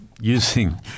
using